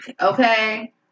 okay